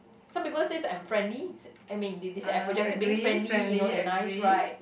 some people says I'm friendly say I mean they they say I projected being friendly you know and nice right